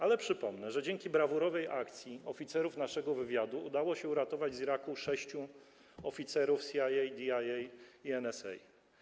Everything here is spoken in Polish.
Ale przypomnę, że dzięki brawurowej akcji oficerów naszego wywiadu udało się uratować z Iraku 6 oficerów CIA, DIA i NSA.